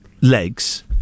legs